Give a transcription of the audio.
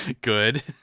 Good